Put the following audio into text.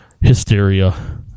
hysteria